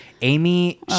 Amy